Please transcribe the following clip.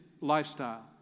lifestyle